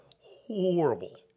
horrible